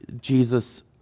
Jesus